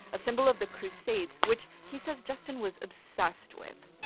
a symbol of the crusades, which he says justin was obsessed with.